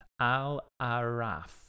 Al-Araf